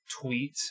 tweet